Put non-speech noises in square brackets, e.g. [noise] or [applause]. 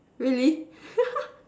really [laughs]